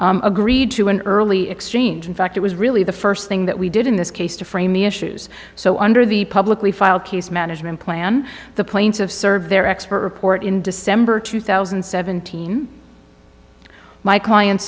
case agreed to an early exchange in fact it was really the first thing that we did in this case to frame the issues so under the publicly filed case management plan the planes have served their expert report in december two thousand and seventeen my client